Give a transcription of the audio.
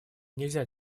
нельзя